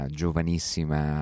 giovanissima